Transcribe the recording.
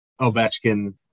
Ovechkin